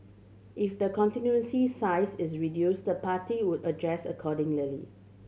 if the constituency's size is reduced the party would adjust accordingly